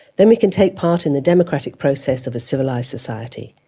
then we can take part in the democratic process of a civilised society.